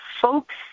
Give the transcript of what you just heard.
Folks